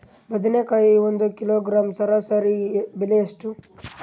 ಬದನೆಕಾಯಿ ಒಂದು ಕಿಲೋಗ್ರಾಂ ಸರಾಸರಿ ಬೆಲೆ ಎಷ್ಟು?